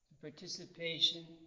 Participation